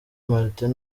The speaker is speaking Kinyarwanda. martin